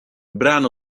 brano